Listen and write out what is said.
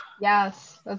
Yes